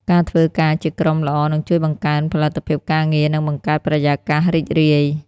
ការធ្វើការជាក្រុមល្អនឹងជួយបង្កើនផលិតភាពការងារនិងបង្កើតបរិយាកាសរីករាយ។